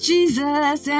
Jesus